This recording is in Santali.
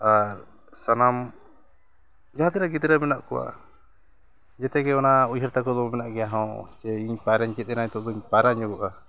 ᱟᱨ ᱥᱟᱱᱟᱢ ᱡᱟᱦᱟᱸ ᱛᱤᱱᱟᱹᱜ ᱜᱤᱫᱽᱨᱟᱹ ᱢᱮᱱᱟᱜ ᱠᱚᱣᱟ ᱡᱚᱛᱚᱜᱮ ᱚᱱᱟ ᱩᱭᱦᱟᱹᱨ ᱛᱟᱠᱚ ᱫᱚ ᱢᱮᱱᱟᱜ ᱜᱮᱭᱟ ᱦᱚᱸ ᱡᱮ ᱤᱧ ᱯᱟᱭᱨᱟᱧ ᱪᱮᱫ ᱮᱱᱟ ᱛᱚᱵᱮᱧ ᱯᱟᱭᱨᱟ ᱧᱚᱜᱚᱜᱼᱟ